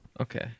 Okay